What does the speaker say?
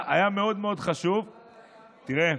אביר, איך הגעת ממשמר לאומי, תראה,